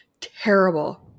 terrible